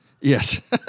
Yes